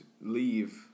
leave